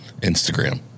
Instagram